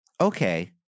Okay